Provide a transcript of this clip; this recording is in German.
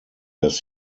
dass